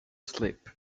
sleep